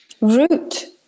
root